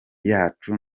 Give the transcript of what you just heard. yacu